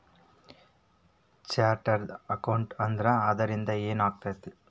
Chartered accountant ಆದ್ರ ಅದರಿಂದಾ ಏನ್ ಆಗ್ತದ?